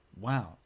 Wow